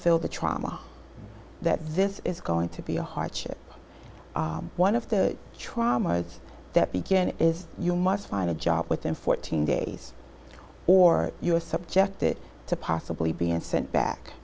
fill the trauma that this is going to be a hardship one of the traumas that began is you must find a job within fourteen days or you are subjected to possibly being sent